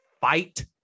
fight